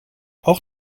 auch